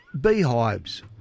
beehives